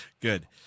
Good